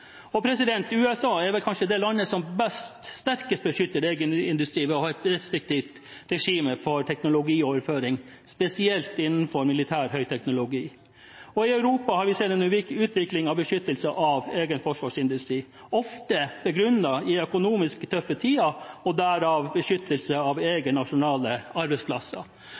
USA er kanskje det landet som sterkest beskytter egen industri ved å ha et restriktivt regime for teknologioverføring, spesielt innenfor militær høyteknologi. I Europa har vi sett en utvikling av beskyttelse av egen forsvarsindustri, ofte begrunnet i økonomisk tøffe tider og derav beskyttelse av egne nasjonale arbeidsplasser.